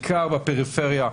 בעיקר בפריפריה,